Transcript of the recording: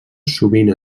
sovint